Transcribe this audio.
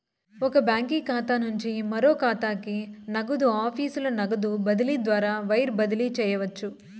ఒక బాంకీ ఖాతా నుంచి మరో కాతాకి, నగదు ఆఫీసుల నగదు బదిలీ ద్వారా వైర్ బదిలీ చేయవచ్చు